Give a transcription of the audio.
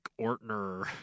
Ortner